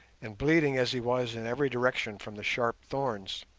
and bleeding as he was in every direction from the sharp thorns.